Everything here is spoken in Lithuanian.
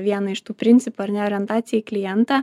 vieną iš tų principų ar ne orientaciją į klientą